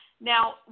Now